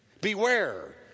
Beware